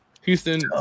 Houston